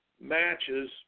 matches